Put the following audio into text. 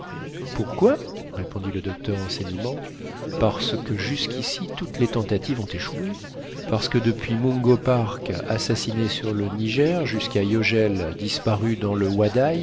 pourquoi répondit le docteur en s'animant parce que jusqu'ici toutes les tentatives ont échoué parce que depuis mungo park assassiné sur le niger jusqu'à yogel disparu dans le